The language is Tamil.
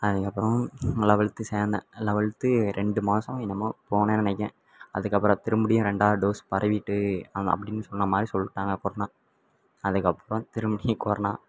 அதுக்கப்புறம் லெவல்த்து சேர்ந்தேன் லெவல்த்து ரெண்டு மாதம் என்னமோ போனேன்னு நினைக்கேன் அதுக்கப்புறம் திரும்பியும் ரெண்டாவது டோஸ் பரவிவிட்டு ஆமாம் அப்படின்னு சொன்னமாதிரி சொல்லிட்டாங்க கொரோனா அதுக்கப்புறம் திரும்பியும் கொரோனா